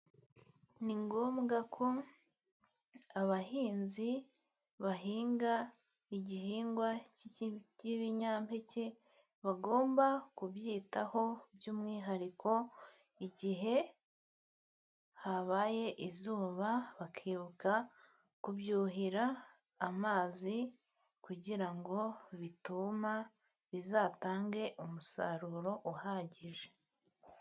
Ni ngombwa ko abahinzi bahinga ibihingwa by'ibinyampeke bagomba kubyitaho, by'umwihariko igihe habaye izuba, bakibuka kubyuhira amazi kugira ngo bituma, bizatange umusaruro uhagije.